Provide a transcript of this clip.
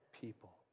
people